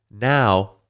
now